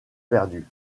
perdu